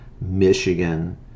Michigan